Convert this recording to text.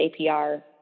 APR